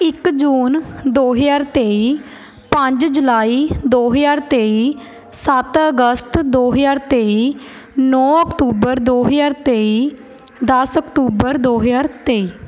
ਇੱਕ ਜੂਨ ਦੋ ਹਜ਼ਾਰ ਤੇਈ ਪੰਜ ਜੁਲਾਈ ਦੋ ਹਜ਼ਾਰ ਤੇਈ ਸੱਤ ਅਗਸਤ ਦੋ ਹਜ਼ਾਰ ਤੇਈ ਨੌ ਅਕਤੂਬਰ ਦੋ ਹਜ਼ਾਰ ਤੇਈ ਦਸ ਅਕਤੂਬਰ ਦੋ ਹਜ਼ਾਰ ਤੇਈ